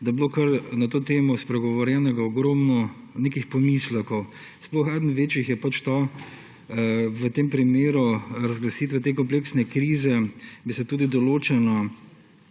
da je bilo na to temo spregovorjenega kar ogromno nekih pomislekov. Eden večjih je pač ta v tem primeru razglasitve te kompleksne krize, ko bi se tudi določena